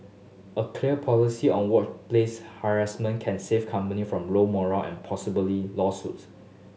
a clear policy on workplace harassment can save company from low morale and possibly lawsuits